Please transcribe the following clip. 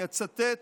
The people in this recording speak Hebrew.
אני אצטט